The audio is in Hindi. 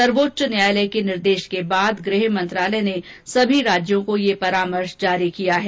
सर्वोच्च न्यायालय के निर्देश के बाद गृहमंत्रालय ने सभी राज्यों को यह परामर्श जारी किया है